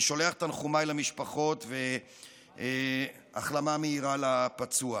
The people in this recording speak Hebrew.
אני שולח את תנחומיי למשפחות והחלמה מהירה לפצוע.